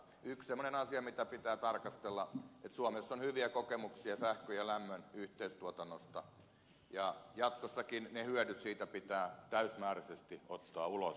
yksi semmoinen asia mitä pitää tarkastella on että suomessa on hyviä kokemuksia sähkön ja lämmön yhteistuotannosta ja jatkossakin ne hyödyt siitä pitää täysimääräisesti ottaa ulos